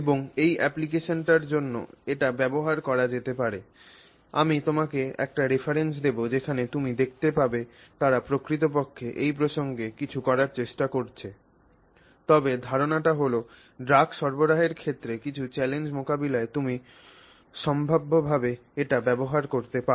এবং এই অ্যাপ্লিকেশনটির জন্য এটি ব্যবহার করা যেতে পারে আমি তোমাকে একটি রেফারেন্স দেব যেখানে তুমি দেখতে পাবে তারা প্রকৃতপক্ষে এই প্রসঙ্গে কিছু করার চেষ্টা করেছে তবে ধারণাটি হল ড্রাগ সরবরাহের ক্ষেত্রে কিছু চ্যালেঞ্জ মোকাবেলায় তুমি সম্ভাব্যভাবে এটি ব্যবহার করতে পার